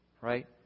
Right